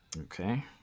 Okay